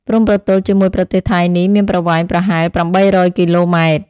ព្រំប្រទល់ជាមួយប្រទេសថៃនេះមានប្រវែងប្រហែល ៨០០ គីឡូម៉ែត្រ។